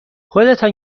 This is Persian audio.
خودتان